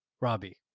robbie